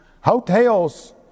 Hotels